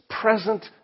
present